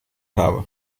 habe